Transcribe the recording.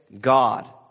God